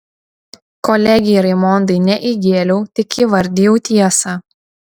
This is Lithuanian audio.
kolegei raimondai ne įgėliau tik įvardijau tiesą